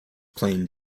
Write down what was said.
plane